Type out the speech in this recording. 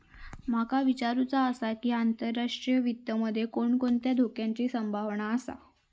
माका विचारुचा आसा की, आंतरराष्ट्रीय वित्त मध्ये कोणकोणत्या धोक्याची संभावना आसा?